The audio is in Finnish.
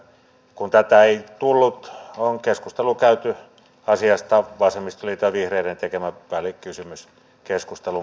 kun tätä ei tullut on keskustelu käyty asiasta vasemmistoliiton ja vihreiden tekemän välikysymyskeskustelun kautta